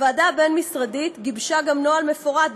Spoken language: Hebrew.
הוועדה הבין-משרדית גם גיבשה נוהל מפורט,